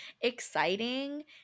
exciting